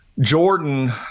Jordan